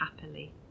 happily